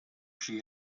she